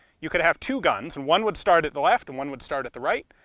you could have two guns. one would start at the left and one would start at the right,